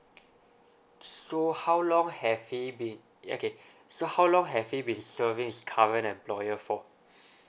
so how long have he been okay so how long have he been serving his current employer for